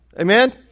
Amen